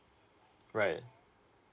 right